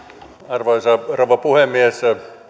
arvoisa rouva puhemies